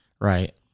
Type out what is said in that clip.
right